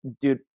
dude